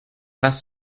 was